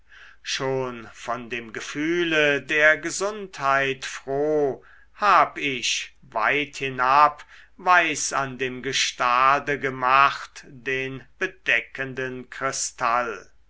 schon von dem gefühle der gesundheit froh hab ich weit hinab weiß an dem gestade gemacht den bedeckenden kristall